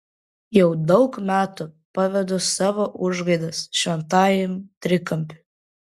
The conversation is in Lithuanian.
jau daug metų pavedu savo užgaidas šventajam trikampiui